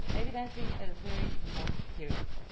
evidently a very remote period.